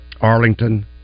Arlington